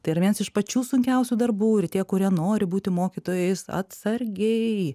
tai yra viens iš pačių sunkiausių darbų ir tie kurie nori būti mokytojais atsargiai